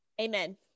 Amen